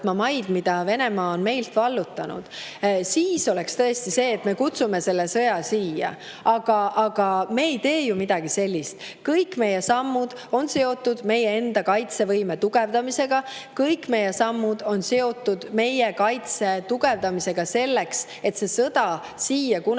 võtma maid, mis Venemaa on meilt vallutanud. Siis oleks tõesti see, et me kutsume sõja siia, aga me ei tee ju midagi sellist. Kõik meie sammud on seotud meie kaitsevõime tugevdamisega. Kõik meie sammud on seotud meie kaitse tugevdamisega selleks, et see sõda siia kunagi